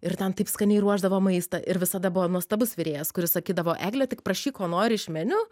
ir ten taip skaniai ruošdavo maistą ir visada buvo nuostabus virėjas kuris sakydavo egle tik prašyk ko nori iš meniu